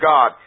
God